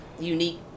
unique